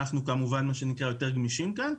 אנחנו כמובן יותר גמישים כאן.